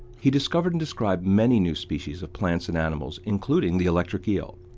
he discovered and described many new species of plants and animals, including the electric eel.